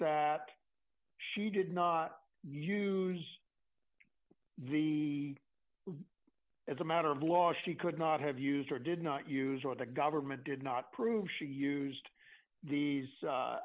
that she did not use the as a matter of law she could not have used or did not use or the government did not prove she used these